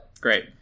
Great